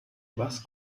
was